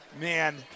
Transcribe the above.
man